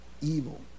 evil